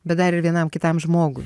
bet dar ir vienam kitam žmogui